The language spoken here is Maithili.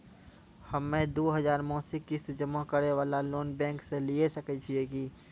हम्मय दो हजार मासिक किस्त जमा करे वाला लोन बैंक से लिये सकय छियै की?